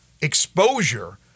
exposure